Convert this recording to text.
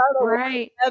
right